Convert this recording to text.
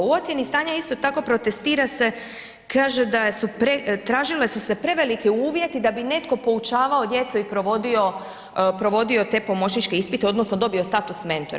U ocjeni stanja isto tako protestira se, kaže tražili su se preveliki uvjeti da bi neko poučavao djecu i provodi te pomoćničke ispite odnosno dobio status mentora.